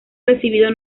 recibido